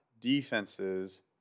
defenses